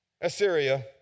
Assyria